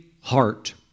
heart